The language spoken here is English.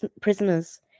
prisoners